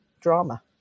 drama